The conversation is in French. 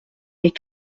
les